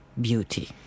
beauty